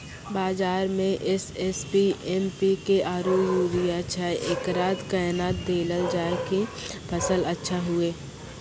बाजार मे एस.एस.पी, एम.पी.के आरु यूरिया छैय, एकरा कैना देलल जाय कि फसल अच्छा हुये?